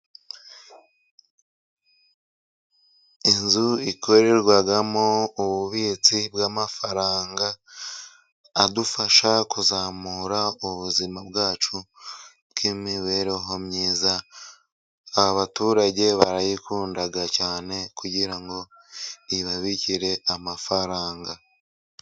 Inzu ikorerwamo ububitsi bw'amafaranga adufasha kuzamura ubuzima bwacu bw'imibereho myiza. Abaturage barayikunda cyane kugira ngo ibabikire amafaranga.